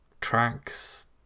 tracks